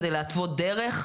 כדי להתוות דרך,